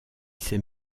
ses